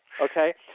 okay